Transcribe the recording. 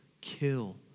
kill